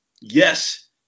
yes